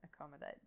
accommodate